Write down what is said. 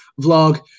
vlog